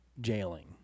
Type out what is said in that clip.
jailing